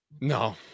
No